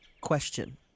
Question